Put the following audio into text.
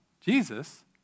Jesus